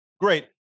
Great